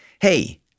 hey